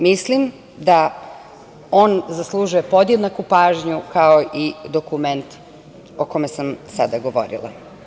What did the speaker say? Mislim, da on zaslužuje podjednaku pažnju kao i dokument o kome sam sada govorila.